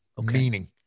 meaning